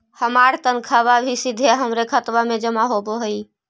हमार तनख्वा भी सीधा हमारे खाते में जमा होवअ हई